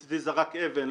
מצידי זרק אבן,